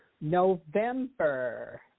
November